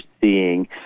seeing